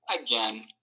again